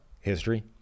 history